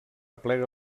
aplega